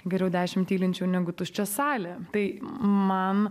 geriau dešimt tylinčių negu tuščia salė tai man